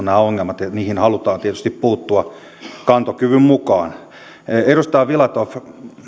nämä ongelmat on tunnistettu ja niihin halutaan tietysti puuttua kantokyvyn mukaan edustaja filatov